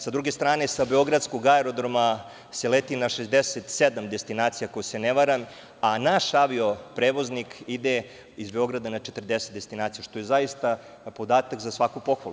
S druge strane, sa Beogradskog aerodroma se leti na 67 destinacija, ako se ne varam, a naš avio prevoznik ide iz Beograda na 40 destinacija, što je zaista podatak za svaku pohvalu.